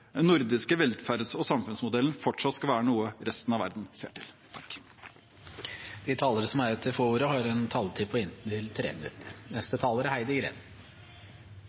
nordiske velferds- og samfunnsmodellen fortsatt skal være noe resten av verden ser til. De talere som heretter får ordet, har en taletid på inntil 3 minutter. I år er